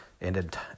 Ended